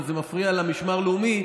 אבל זה מפריע למשמר לאומי,